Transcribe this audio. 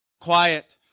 Quiet